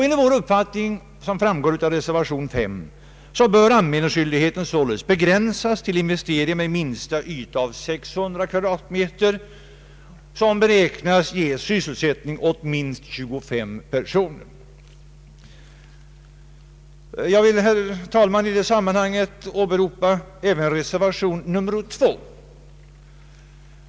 Enligt vår uppfattning, som framgår av reservation 5, bör anmälningsskyldigheten således begränsas till investeringar med en minsta yta av 600 m?, som beräknas ge sysselsättning för minst 25 personer. Jag vill, herr talman, i det sammanhanget åberopa även reservation 2.